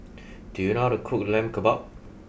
do you know how to cook Lamb Kebab